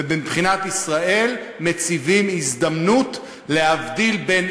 ומבחינת ישראל הם מציבים הזדמנות להבדיל בין